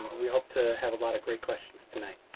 we hope to have a lot of great questions tonight.